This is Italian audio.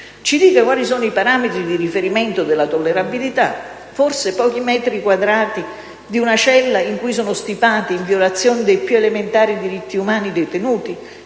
Ci dica quali sono i parametri di riferimento della tollerabilità. Forse pochi metri quadrati di una cella in cui sono stipati, in violazione dei più elementari diritti umani, i detenuti?